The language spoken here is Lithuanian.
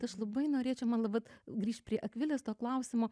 tai aš labai norėčiau man labai vat grįžt prie akvilės to klausimo